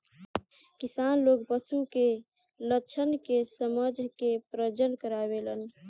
किसान लोग पशु के लक्षण के समझ के प्रजनन करावेलन